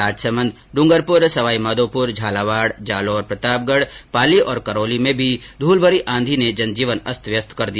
राजसमन्द ड्रंगरपूर सवाई माधोपूर झालावाड जालौर प्रतापगढ पाली और करौली में भी धूलभरी आंधी ने जनजीवन अस्त व्यस्त कर दिया